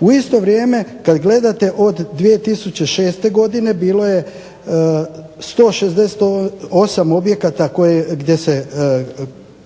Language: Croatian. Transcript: U isto vrijeme kad gledate od 2006. godine bilo je 168 objekata gdje se kolju